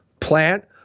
plant